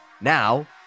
Now